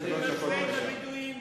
אני שונא את הבדואים?